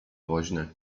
woźny